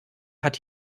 hat